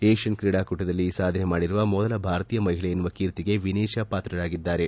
Asian ಕ್ರೀಡಾ ಕೂಟದಲ್ಲಿ ಈ ಸಾಧನೆ ಮಾಡಿರುವ ಮೊದಲ ಭಾರತೀಯ ಮಹಿಳೆ ಎನ್ನುವ ಕೀರ್ತಿಗೆ ವಿನೇಶಾ ಪಾತ್ರರಾಗಿರಾದ್ದಾರೆ